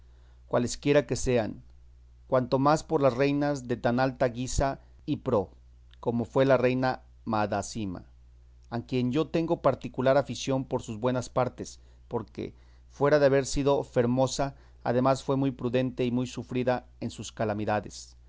mujeres cualesquiera que sean cuanto más por las reinas de tan alta guisa y pro como fue la reina madásima a quien yo tengo particular afición por sus buenas partes porque fuera de haber sido fermosa además fue muy prudente y muy sufrida en sus calamidades